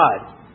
God